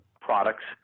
products